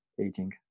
aging